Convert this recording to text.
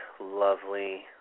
lovely